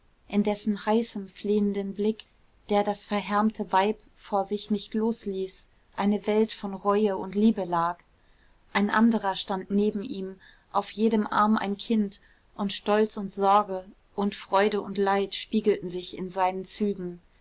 in dessen heißem flehenden blick der das verhärmte weib vor sich nicht los ließ eine welt von reue und liebe lag ein anderer stand neben ihm auf jedem arm ein kind und stolz und sorge und freude und leid spiegelten sich in seinen zügen